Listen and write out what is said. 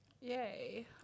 Yay